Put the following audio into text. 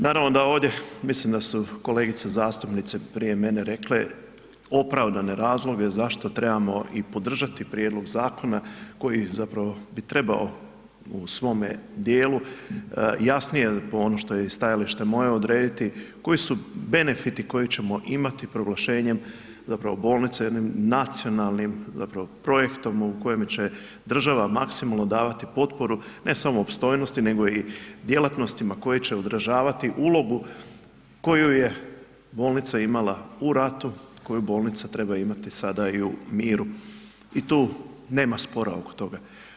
Naravno da ovdje mislim da su kolegice zastupnice prije mene rekle, opravdane razloge zašto trebamo i podržati prijedlog zakona koji zapravo bi trebao u svome dijelu jasnije, ono što je i stajalište moje, odrediti koji su benefiti koje ćemo imati proglašenjem, zapravo bolnice jednim nacionalnim zapravo projektom u kojem će država maksimalno davati potporu ne samo opstojnosti nego i djelatnostima koje će održavati ulogu koju je bolnica imala u ratu, koju bolnica treba imati sada i u miru i tu nema spora oko toga.